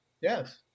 Yes